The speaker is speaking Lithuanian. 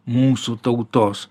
mūsų tautos